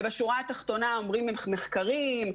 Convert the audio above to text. ובשורה התחתונה אומרים מחקרים,